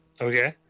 Okay